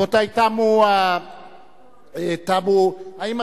רבותי, תמו, תמו, האם